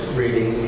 reading